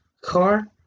car